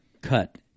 cut